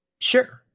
sure